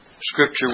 scripture